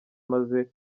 maze